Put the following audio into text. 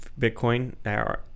Bitcoin